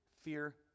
fear